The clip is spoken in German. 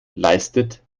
leistet